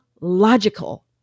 logical